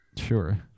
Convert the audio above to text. Sure